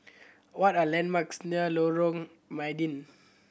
what are landmarks near Lorong Mydin